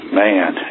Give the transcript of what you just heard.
man